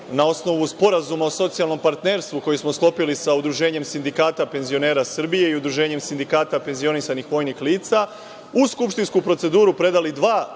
na osnovu Sporazuma o socijalnom partnerstvu koji smo sklopili sa Udruženjem sindikata penzionera Srbije i Udruženjem sindikata penzionisanih vojnih lica, u skupštinsku proceduru predale dva